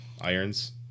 Irons